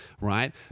right